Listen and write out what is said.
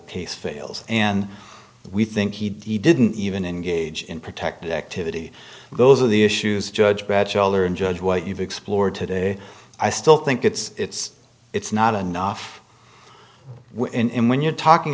case fails and we think he didn't even engage in protected activity those are the issues judge batchelder and judge what you've explored today i still think it's it's not enough in when you're talking